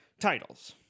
titles